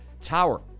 Tower